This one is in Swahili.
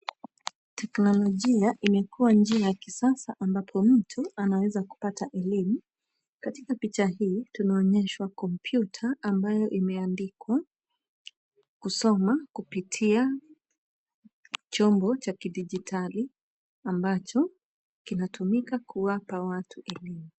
Teknolojia imekua njia ya kisasa ambapo mtu anaweza kupata elimu. Katika picha hii tunaonyeshwa komputa ambayo imeandikwa kusoma kupitia chombo cha kidijitali ambacho kinatumika kuwapa watu elimu.